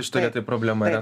šitoj vietoj problema yra